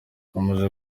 amaze